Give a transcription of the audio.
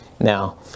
now